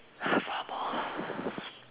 four more